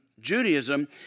Judaism